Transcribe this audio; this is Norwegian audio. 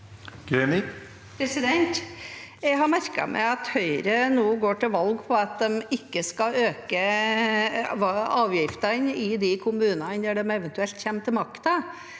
Jeg har merket meg at Høyre nå går til valg på at de ikke skal øke avgiftene i kommunene når de eventuelt kommer til makten.